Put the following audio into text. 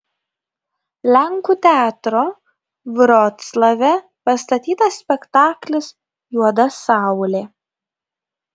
lenkų teatro vroclave pastatytas spektaklis juoda saulė